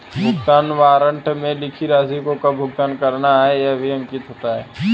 भुगतान वारन्ट में लिखी राशि को कब भुगतान करना है यह भी अंकित होता है